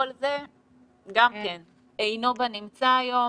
כל זה גם כן אינו בנמצא היום,